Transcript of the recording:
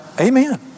amen